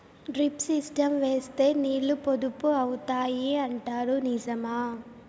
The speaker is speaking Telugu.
డ్రిప్ సిస్టం వేస్తే నీళ్లు పొదుపు అవుతాయి అంటారు నిజమా?